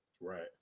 Right